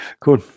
Cool